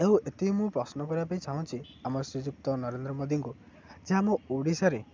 ଏବଂ ଏତିକି ମୁଁ ପ୍ରଶ୍ନ କରିବା ପାଇଁ ଚାହୁଁଛି ଆମର ଶ୍ରୀଯୁକ୍ତ ନରେନ୍ଦ୍ର ମୋଦିଙ୍କୁ ଯେ ଆମ ଓଡ଼ିଶାରେ